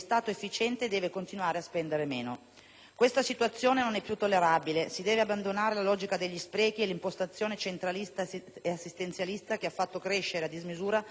Questa situazione non è più tollerabile. Si deve abbandonare la logica degli sprechi e l'impostazione centralista ed assistenzialista che ha fatto crescere a dismisura il debito pubblico del nostro Paese.